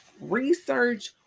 research